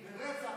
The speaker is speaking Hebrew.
ברצח,